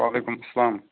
وعلیکُم سلام